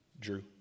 Drew